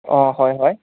অঁ হয় হয়